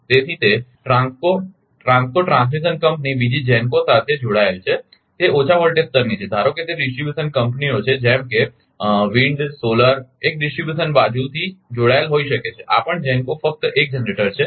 તેથી તે TRANSCO TRANSCO transmission company બીજી GENCO સાથે જોડાયેલ છે તે ઓછા વોલ્ટેજ સ્તરની છે ધારો કે તે ડિસ્ટ્રીબ્યુશન કંપનીઓ છે જેમ કે પવન સૌર એક ડિસ્ટ્રીબ્યુશન બાજુથી જોડાયેલ હોઈ શકે છે આ પણ GENCO ફક્ત 1 જનરેટર છે